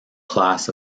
class